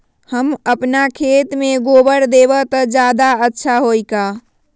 हम अपना खेत में गोबर देब त ज्यादा अच्छा होई का?